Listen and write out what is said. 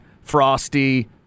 Frosty